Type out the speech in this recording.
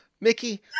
Mickey